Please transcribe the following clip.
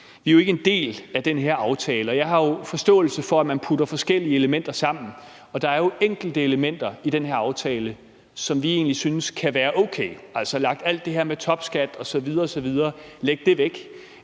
Vi er jo ikke en del af den her aftale. Jeg har forståelse for, at man putter forskellige elementer sammen, og der er jo enkelte elementer i den her aftale, som vi egentlig synes kan være okay. Altså, lægger man alt det her med topskat osv. osv. væk, er der